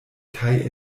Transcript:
kaj